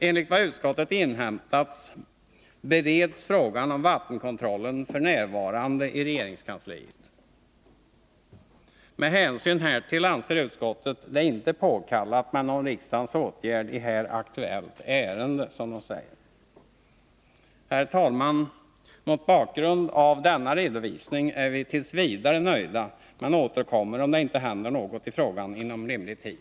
Enligt vad utskottet inhämtat bereds frågan om vattenkontrollen f. n. i regeringskansliet. Med hänsyn härtill anser utskottet det inte påkallat med någon riksdagens åtgärd i här aktuellt ärende, som det heter. Herr talman! Mot bakgrund av denna redovisning är vi t. v. nöjda men återkommer om det inte händer något i frågan inom rimlig tid.